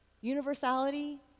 universality